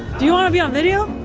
do you wanna be on video?